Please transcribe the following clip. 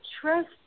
trust